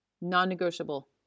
Non-negotiable